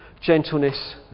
gentleness